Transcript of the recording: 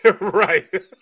Right